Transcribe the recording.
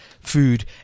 food